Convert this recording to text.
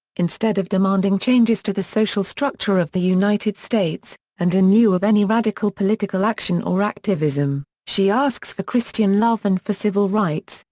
instead of demanding changes to the social structure of the united states, and in lieu of any radical political action or activism, she asks for christian love and for civil rights,